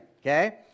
okay